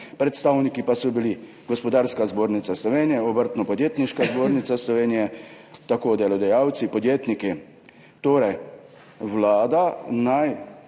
Predstavniki pa so bili Gospodarska zbornica Slovenije, Obrtno-podjetniška zbornica Slovenije, tako delodajalci, podjetniki. Torej, vlada naj